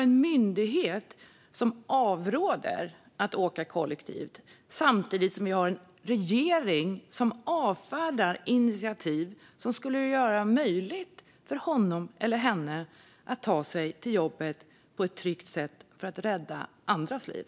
En myndighet avråder från att åka kollektivt samtidigt som regeringen avfärdar initiativ som skulle göra det möjligt för honom eller henne att på ett tryggt sätt ta sig till jobbet för att rädda andras liv.